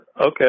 okay